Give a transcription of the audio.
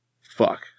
Fuck